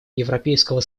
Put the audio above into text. европейского